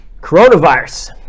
Coronavirus